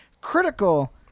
critical